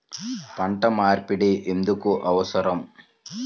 పంట మార్పిడి ఎందుకు అవసరం?